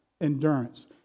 Endurance